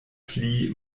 pli